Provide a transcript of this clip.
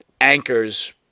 anchors